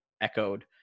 echoed